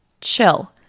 Chill